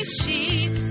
sheep